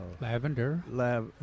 Lavender